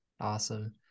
awesome